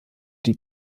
die